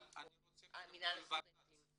אבל אני רוצה לשמוע את הות"ת.